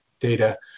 data